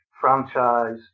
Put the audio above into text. franchise